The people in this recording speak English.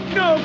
no